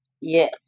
Yes